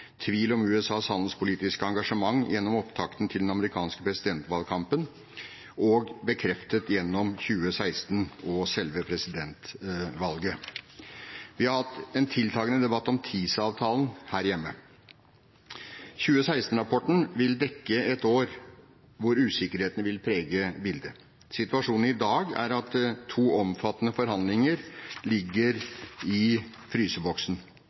tvil om USAs handelspolitiske engasjement gjennom opptakten til den amerikanske presidentvalgkampen og bekreftet gjennom 2016 og selve presidentvalget. Vi har hatt en tiltakende debatt om TiSA-avtalen her hjemme. 2016-rapporten vil dekke et år hvor usikkerheten vil prege bildet. Situasjonen i dag er at to omfattende forhandlinger ligger i fryseboksen